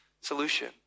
solution